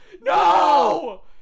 No